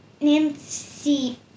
Nancy